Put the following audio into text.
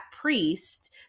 priest